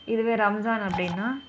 இதுவே ரம்ஜான் அப்படின்னா